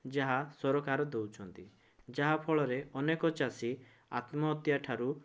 ଯାହା ସରକାର ଦେଉଛନ୍ତି ଯାହାଫଳରେ ଅନେକ ଚାଷୀ ଆତ୍ମହତ୍ୟାଠାରୁ